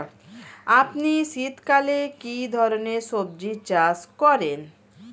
আপনি শীতকালে কী ধরনের সবজী চাষ করেন?